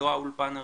לא האולפן הרגיל,